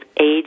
age